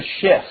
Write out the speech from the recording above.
shift